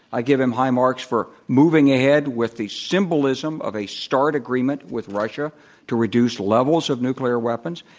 i give him high marks for moving ahead with the symbolism of a start agreement with russia to reduce levels of nuclear weapons.